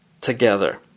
together